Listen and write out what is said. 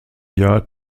jahr